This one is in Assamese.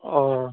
অ